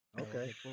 okay